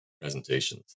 presentations